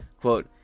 Quote